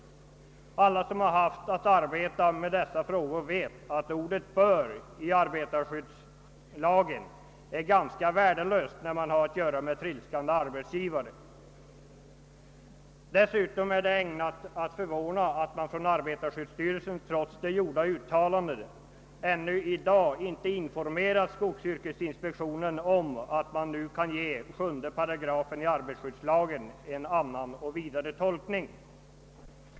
Alla som haft att arbeta med dessa frågor vet att ordet bör i arbetarskyddslagen är ganska värdelöst när man har att göra med tredskande arbetsgivare. Dessutom är det ägnat att förvåna att man från arbetarskyddsstyrelsen trots de gjorda uttalandena ännu i dag inte informerat skogsyrkesinspektionen om att man nu kan ge 7 § i arbetarskyddslagen en annan och vidare tolkning.